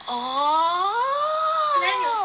orh